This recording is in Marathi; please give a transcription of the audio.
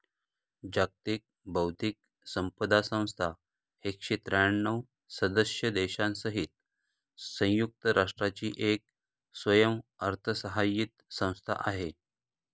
जागतिक बौद्धिक संपदा संस्था एकशे त्र्यांणव सदस्य देशांसहित संयुक्त राष्ट्रांची एक स्वयंअर्थसहाय्यित संस्था आहे